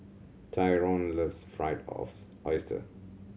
Tyrone loves fried oyster